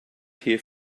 here